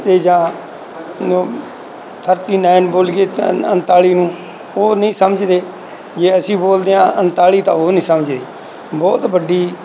ਅਤੇ ਜਾਂ thirty nine ਬੋਲੀਏ ਉਣਤਾਲੀ ਨੂੰ ਉਹ ਨਹੀਂ ਸਮਝਦੇ ਜੇ ਅਸੀਂ ਬੋਲਦੇ ਹਾਂ ਉਣਤਾਲੀ ਤਾਂ ਉਹ ਨਹੀਂ ਸਮਝੇ ਬਹੁਤ ਵੱਡੀ